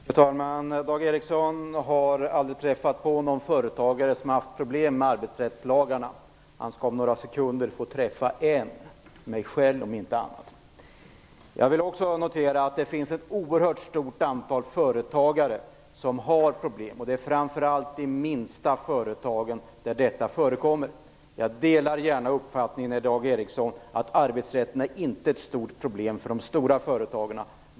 Fru talman! Dag Ericson har aldrig träffat på någon företagare som har haft problem med arbetsrättslagarna. Han skall om några sekunder få träffa en, mig själv om inte annat. Jag noterar också att det finns ett oerhört stort antal företagare som har problem. Det är framför allt i de minsta företagen som problemen förekommer. Jag delar gärna Dag Ericsons uppfattning att arbetsrätten inte är ett stort problem för de stora företagen.